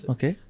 Okay